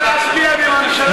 להצביע, ממשלה.